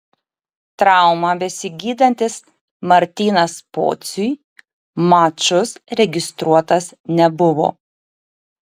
traumą besigydantis martynas pociui mačus registruotas nebuvo